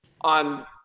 on –